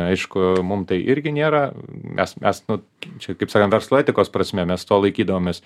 aišku mum tai irgi nėra nes mes nu čia kaip sakant verslo etikos prasme mes to laikydavomės